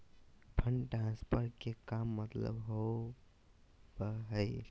Fund transfer के का मतलब होव हई?